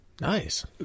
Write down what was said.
Nice